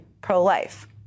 pro-life